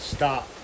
Stop